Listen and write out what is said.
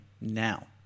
Now